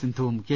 സിന്ധുവും കെ